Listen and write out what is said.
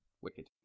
Wicked